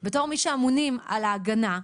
בתור מי שאמונים על ההגנה,